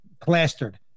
plastered